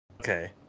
Okay